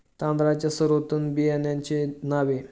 तांदळाच्या सर्वोत्तम बियाण्यांची नावे?